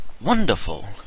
wonderful